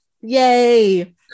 Yay